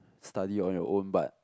study on your own but